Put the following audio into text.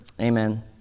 Amen